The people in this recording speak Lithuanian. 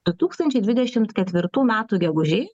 du tūkstančiai dvidešimt ketvirtų metų gegužė